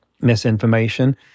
misinformation